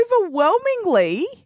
overwhelmingly